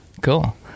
Cool